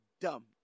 dumb